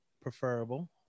preferable